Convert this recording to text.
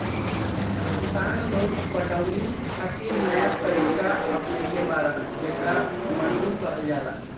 किसान लोग पटवनी खातिर नया तरीका अपनइले बाड़न जेकरा मद्दु कहल जाला